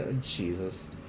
Jesus